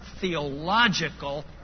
theological